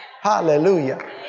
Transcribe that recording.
Hallelujah